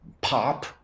pop